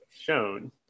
shown